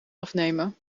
afnemen